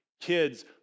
kids